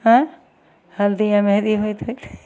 हाँय हल्दी आओर मेहन्दी होइत होइत